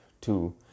two